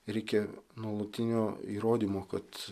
reikia nuolatinio įrodymo kad